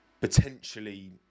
potentially